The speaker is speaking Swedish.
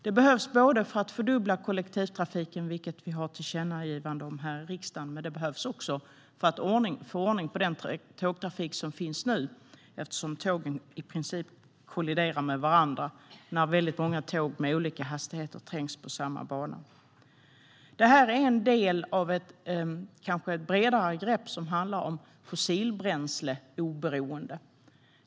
Det behövs för att fördubbla kollektivtrafiken, vilket vi har ett tillkännagivande om här i riksdagen, men det behövs också för att få ordning på den tågtrafik som sker nu, eftersom tågen i princip kolliderar med varandra när väldigt många tåg med olika hastigheter trängs på samma bana. Det här är en del av ett kanske bredare grepp som handlar om fossilbränsleoberoende.